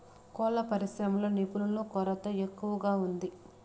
కోళ్ళ పరిశ్రమలో నిపుణుల కొరత ఎక్కువగా ఉంది